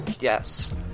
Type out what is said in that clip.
Yes